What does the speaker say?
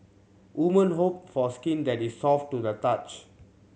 women hope for skin that is soft to the touch